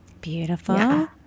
Beautiful